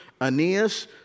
Aeneas